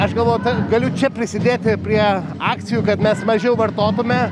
aš galvoju galiu čia prisidėti prie akcijų kad mes mažiau vartotume